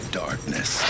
darkness